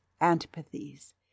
antipathies